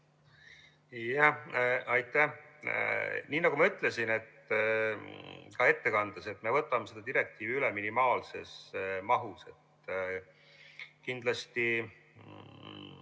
Aitäh! Nii nagu ma ütlesin ka ettekandes, me võtame selle direktiivi üle minimaalses mahus. Kindlasti,